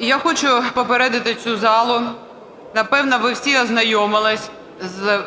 Я хочу попередити цю залу. Напевне, ви всі ознайомились з